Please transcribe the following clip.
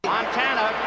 Montana